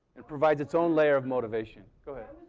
it provides its own layer of motivation. go ahead.